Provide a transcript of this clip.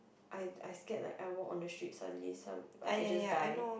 I I scared like I walk on the ship suddenly some like I just die